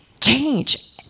change